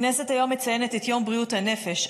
היום הכנסת מציינת את יום בריאות הנפש,